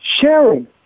sharing